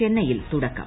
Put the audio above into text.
ചെന്നൈയിൽ തുടക്കം